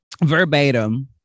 verbatim